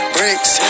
Bricks